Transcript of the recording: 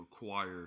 require